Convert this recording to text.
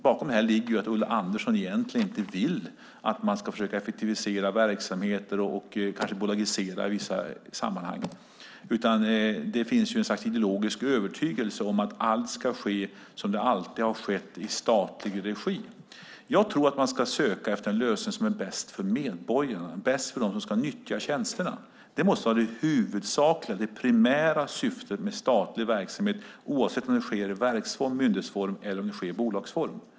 Bakom det här ligger att Ulla Andersson egentligen inte vill att man ska försöka effektivisera verksamheter och kanske bolagisera i vissa sammanhang, utan det finns något slags ideologisk övertygelse om att allt ska ske som det alltid har skett, i statlig regi. Jag tror att man ska söka efter den lösning som är bäst för medborgarna, bäst för dem som ska nyttja tjänsterna. Det måste vara det huvudsakliga och primära syftet med statlig verksamhet, oavsett om den sker i verksform, myndighetsform eller bolagsform.